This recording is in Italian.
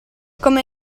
come